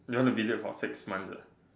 you want to visit for six months